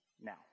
now